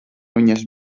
viņas